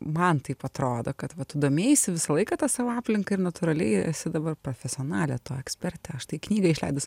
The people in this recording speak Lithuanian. man taip atrodo kad va tu domėjaisi visą laiką ta savo aplinka ir natūraliai esi dabar profesionalė to ekspertė štai knygą išleidus